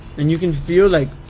and you can feel like